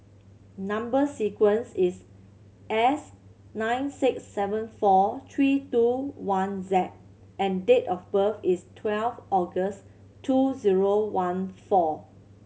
number sequence is S nine six seven four three two one Z and date of birth is twelfth August two zero one four